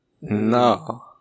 No